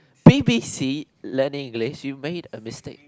b_b_c lend English you made a mistake